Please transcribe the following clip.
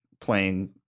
playing